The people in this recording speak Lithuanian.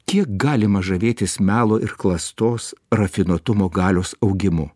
kiek galima žavėtis melo ir klastos rafinuotumo galios augimu